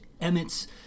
Emmett's